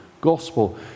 gospel